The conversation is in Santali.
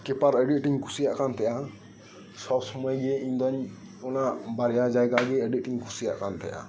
ᱠᱤᱯᱟᱨ ᱟᱹᱰᱤ ᱟᱴᱤᱧ ᱠᱩᱥᱤᱭᱟᱜ ᱠᱟᱱᱛᱟᱦᱮᱸᱜᱼᱟ ᱥᱚᱯ ᱥᱩᱢᱟᱹᱭᱜᱤ ᱤᱧᱫᱚᱧ ᱚᱱᱟ ᱵᱟᱨᱭᱟ ᱡᱟᱭᱜᱟ ᱨᱮᱜᱮ ᱟᱹᱰᱤ ᱟᱴᱤᱧ ᱠᱩᱥᱤᱭᱟᱜ ᱠᱟᱱᱛᱟᱦᱮᱸᱜᱼᱟ